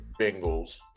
Bengals